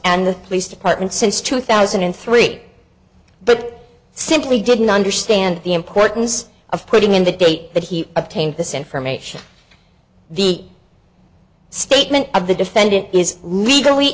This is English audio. and the police department since two thousand and three but simply didn't understand the importance of putting in the date that he obtained this information the statement of the defendant is legally